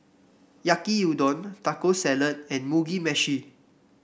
Yaki Udon Taco Salad and Mugi Meshi